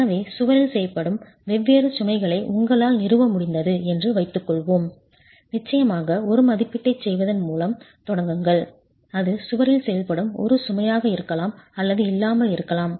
எனவே சுவரில் செயல்படும் வெவ்வேறு சுமைகளை உங்களால் நிறுவ முடிந்தது என்று வைத்துக்கொள்வோம் நிச்சயமாக ஒரு மதிப்பீட்டைச் செய்வதன் மூலம் தொடங்குங்கள் அது சுவரில் செயல்படும் ஒரு சுமையாக இருக்கலாம் அல்லது இல்லாமல் இருக்கலாம்